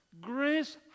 Grace